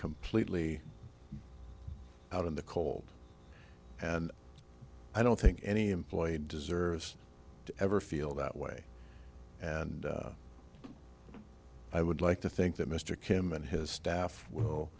completely out in the cold and i don't think any employee deserves to ever feel that way and i would like to think that mr kim and his staff will